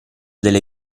delle